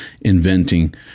inventing